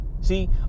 see